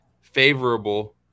favorable